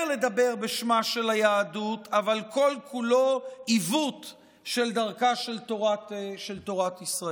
לדבר בשמה של היהדות אבל כל-כולו עיוות של דרכה של תורת ישראל.